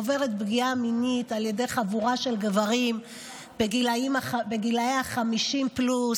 עוברת פגיעה מינית על ידי חבורה של גברים בני 50 פלוס,